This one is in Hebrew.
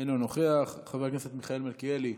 אינו נוכח, חבר הכנסת מיכאל מלכיאלי,